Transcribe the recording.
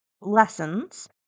lessons